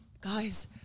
guys